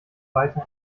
weiter